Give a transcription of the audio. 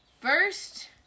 first